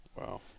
wow